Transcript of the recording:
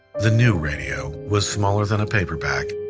the new radio was smaller than a paperback,